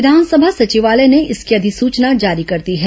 विधानसभा सचिवालय ने इसकी अधिसूचना जारी कर दी है